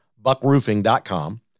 Buckroofing.com